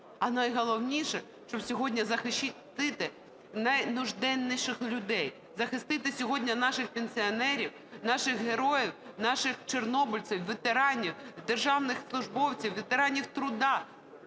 А найголовніше, щоб сьогодні захистити найнужденніших людей, захистити сьогодні наших пенсіонерів, наших героїв, наших чорнобильців, ветеранів, державних службовців, ветеранів труда,